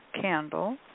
candle